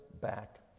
back